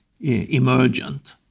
emergent